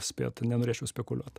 spėt nenorėčiau spekuliuot